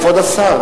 כבוד השר